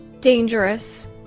dangerous